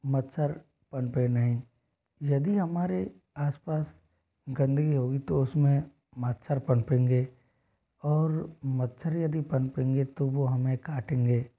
मच्छर पनपे नहीं यदि हमारे आसपास गंदगी होगी तो उसमें मच्छर पनपेंगे और मच्छर यदि पनपेंगे तो वह हमें काटेंगे